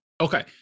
okay